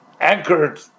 anchored